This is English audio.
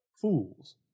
fools